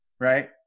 Right